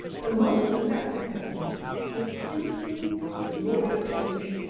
the most effective technique is simply to look at a page,